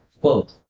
quote